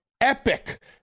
epic